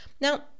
Now